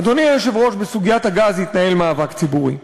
אדוני היושב-ראש, בסוגיית הגז התנהל מאבק ציבורי.